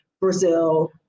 Brazil